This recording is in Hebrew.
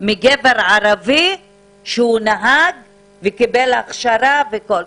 מגבר ערבי שהוא נהג וקיבל הכשרה והכול.